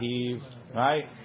Right